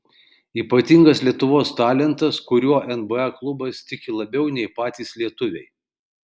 ypatingas lietuvos talentas kuriuo nba klubas tiki labiau nei patys lietuviai